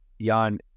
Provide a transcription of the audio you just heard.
Jan